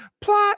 plot